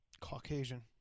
Caucasian